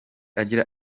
agira